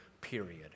period